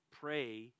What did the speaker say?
pray